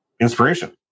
inspiration